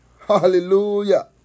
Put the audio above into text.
Hallelujah